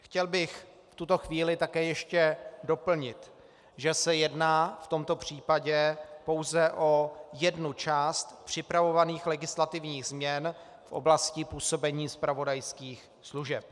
Chtěl bych v tuto chvíli také ještě doplnit, že se jedná v tomto případě pouze o jednu část připravovaných legislativních změn v oblasti působení zpravodajských služeb.